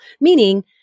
meaning